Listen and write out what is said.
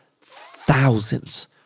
Thousands